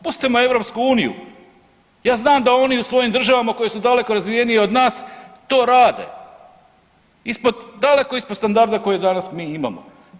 Pustimo EU, ja znam da oni u svojim državama koje su daleko razvijenije od nas to rade, daleko ispod standarda koji danas mi imamo.